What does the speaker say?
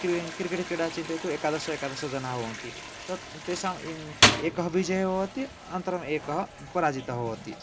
cricket क्रीडा चिन्तयतु एकादश एकादशजना भवन्ति तत् तेषां एक विजय भवति अनन्तरम् एक पराजित भवति